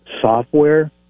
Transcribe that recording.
software